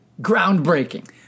groundbreaking